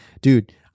dude